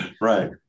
Right